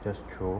just throw